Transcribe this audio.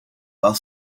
while